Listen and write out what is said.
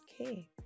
Okay